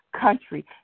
country